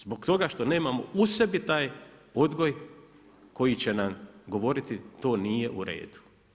Zbog toga što nemamo u sebi taj odgoj koji će nam govoriti to nije u redu.